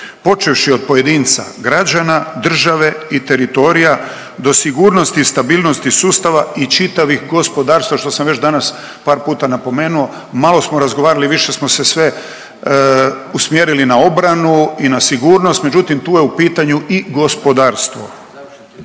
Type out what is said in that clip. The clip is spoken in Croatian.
počevši od pojedinca, građana, država i teritorija do sigurnosti i stabilnosti sustava i čitavih gospodarstva, što sam već danas par puta napomenuo, malo smo razgovarali više smo se sve usmjerili na obranu i na sigurnost međutim tu je u pitanju i gospodarstvo.